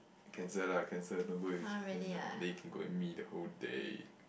cancel lah cancel don't go already can go with me the whole day